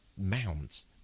mounds